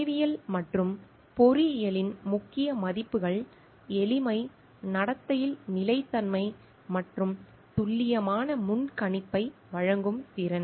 அறிவியல் மற்றும் பொறியியலின் முக்கிய மதிப்புகள் எளிமை நடத்தையில் நிலைத்தன்மை மற்றும் துல்லியமான முன்கணிப்பை வழங்கும் திறன்